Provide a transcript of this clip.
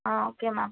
ah okay ma'am